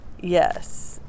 Yes